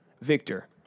Victor